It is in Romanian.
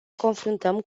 confruntăm